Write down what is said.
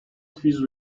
fuse